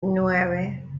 nueve